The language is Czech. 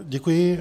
Děkuji.